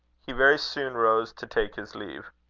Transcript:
he very soon rose to take his leave.